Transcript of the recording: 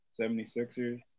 76ers